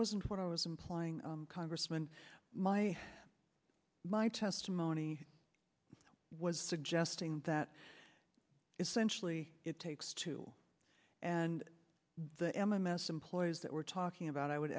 wasn't what i was implying congressman my my testimony was suggesting that essentially it takes two and the m m s employees that we're talking about i would